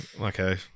Okay